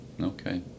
Okay